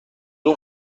اون